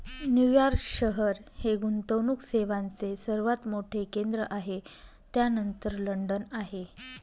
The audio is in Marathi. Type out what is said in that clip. न्यूयॉर्क शहर हे गुंतवणूक सेवांचे सर्वात मोठे केंद्र आहे त्यानंतर लंडन आहे